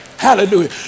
Hallelujah